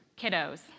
kiddos